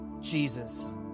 Jesus